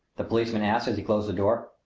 the policeman asked as he closed the door.